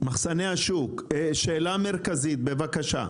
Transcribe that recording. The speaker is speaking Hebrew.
מחסני השוק, שאלה מרכזית בבקשה.